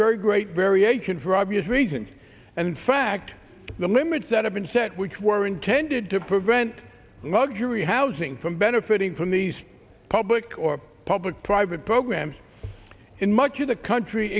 very great variation for obvious reasons and in fact the limits that have been set which were intended to prevent luxury housing from benefiting from these public or public private programs in much of the country